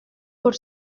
por